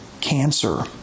cancer